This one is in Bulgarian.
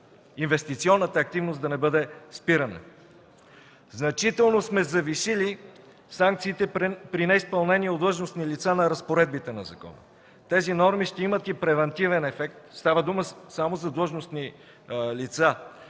инвестиционната активност да не бъде спирана. Значително сме завишили санкциите при неизпълнение от длъжностни лица на разпоредбите на закона. Тези норми ще имат и превантивен ефект – става дума само за длъжностни лица,